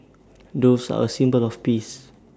doves are A symbol of peace